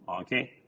okay